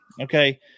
Okay